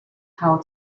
how